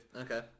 Okay